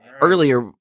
Earlier